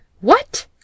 What